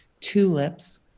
tulips